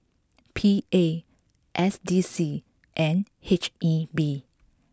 P A S D C and H E B